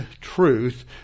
truth